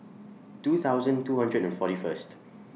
two thousand two hundred and forty First